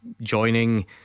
Joining